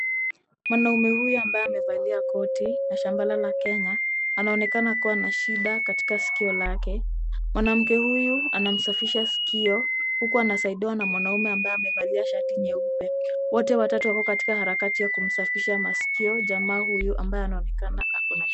Mwanaume huyu ambaye amevalia koti na shambala la kenya. Anaonekana kuwa na shida katika sikio lake. Mwanamke huyu anamsafisha sikio huku anasaidia mwanaume ambaye amevalia shati nyeupe. Wote watatu wako katika harakati ya kumsafisha masikio jamaa huyo ambaye anaonekana akona shida.